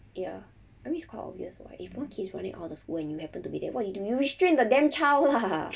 ya I mean it's quite obvious what if one kid is running out of the school and you happen to be there what you do you restrain the damn child ah